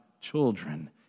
children